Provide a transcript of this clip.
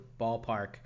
ballpark